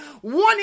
One